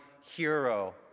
hero